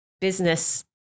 business